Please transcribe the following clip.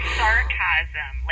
sarcasm